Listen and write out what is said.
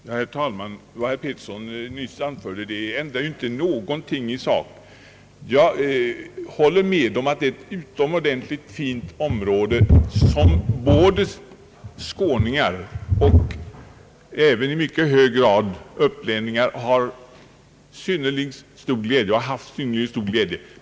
Herr talman! Vad herr Arne Pettersson nyss anförde ändrar ju inte någonting i sak. Jag håller med om att det är ett utomordentligt fint område, som både skåningar och även i mycket hög grad upplänningar har haft och fortfarande har synnerligen stor glädje av.